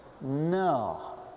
No